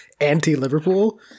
anti-Liverpool